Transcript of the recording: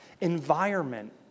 environment